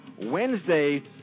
Wednesday